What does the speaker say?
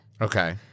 Okay